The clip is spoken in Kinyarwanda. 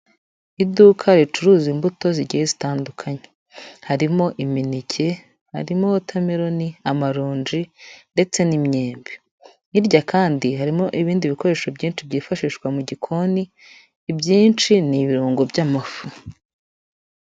Iduka ricuruza imbuto zigiye zitandukanye, harimo imineke, harimo wotameroni, amaronji, ndetse n'imyembe, hirya kandi harimo ibindi bikoresho byinshi byifashishwa mu gikoni, ibyinshi ni ibirungo by'amafu.